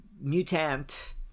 mutant